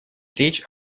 речь